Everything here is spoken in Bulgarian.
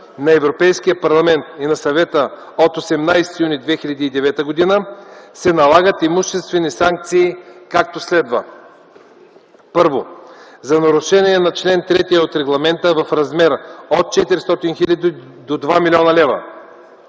на Европейския парламент и на Съвета от 18 юни 2009 г.), се налагат имуществени санкции, както следва: 1. за нарушение на чл. 3 от регламента – в размер от 400 хил. до 2 млн. лв.;